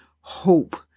hope